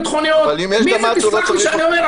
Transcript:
תסלח לי שאני אומר,